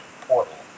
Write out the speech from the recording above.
Portal